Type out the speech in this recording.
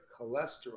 cholesterol